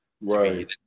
Right